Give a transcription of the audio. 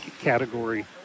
category